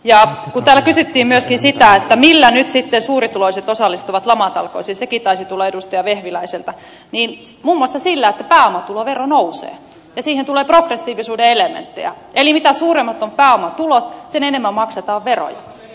kun täällä kysyttiin myöskin sitä millä nyt sitten suurituloiset osallistuvat lamatalkoisiin sekin taisi tulla edustaja vehviläiseltä niin muun muassa sillä että pääomatulovero nousee ja siihen tulee progressiivisuuden elementtejä eli mitä suuremmat ovat pääomatulot sen enemmän maksetaan veroja